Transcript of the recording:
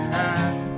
time